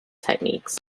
techniques